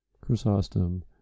Chrysostom